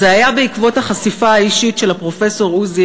זה היה בעקבות החשיפה האישית של הפרופסור עוזי